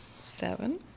Seven